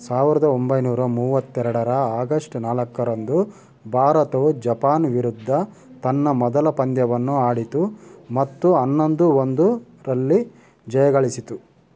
ಸಾವಿರದ ಒಂಬೈನೂರ ಮೂವತ್ತೆರಡರ ಆಗಸ್ಟ್ ನಾಲ್ಕರಂದು ಭಾರತವು ಜಪಾನ್ ವಿರುದ್ಧ ತನ್ನ ಮೊದಲ ಪಂದ್ಯವನ್ನು ಆಡಿತು ಮತ್ತು ಹನ್ನೊಂದು ಒಂದು ರಲ್ಲಿ ಜಯಗಳಿಸಿತು